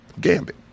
Gambit